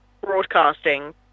broadcasting